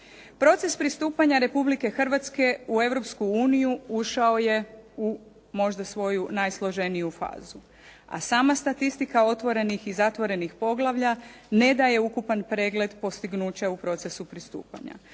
Proces pristupanja Republike Hrvatske u Europsku uniju ušao je u možda svoju najsloženiju fazu, a sama statistika otvorenih i zatvorenih poglavlja ne daje ukupan pregled postignuća u procesu pristupanja.